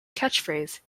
catchphrase